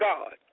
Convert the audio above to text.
God